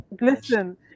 Listen